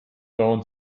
down